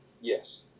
Yes